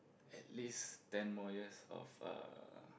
at least ten more years of uh